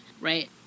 Right